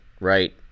right